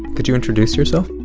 could you introduce yourself?